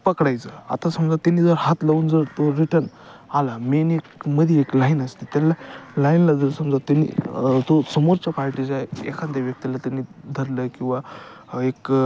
पकडायचं आता समजा त्यांनी जर हात लावून जर तो रिटर्न आला मेन एकमध्ये एक लाईन असते त्यांना लाईनला जर समजा त्यांनी तो समोरच्या पार्टीचा एखाद्या व्यक्तीला त्यांनी धरलं किंवा एक